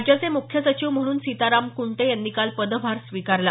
राज्याचे मुख्य सचिव म्हणून सीताराम कुंटे यांनी काल पदभार स्वीकारला